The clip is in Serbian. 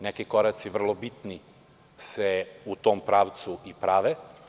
Neki koraci vrlo bitni se u tom pravcu i prave.